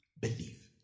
believe